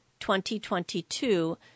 2022